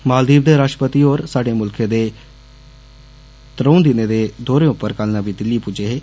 मालद्दीव दे राश्ट्रपति होर साढे मुल्खे दे त्रौ दिने दे दौरे पर कल नर्मी दिल्ली पुज्जे हे